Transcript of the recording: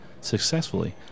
successfully